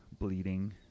bleeding